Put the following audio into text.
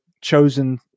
chosen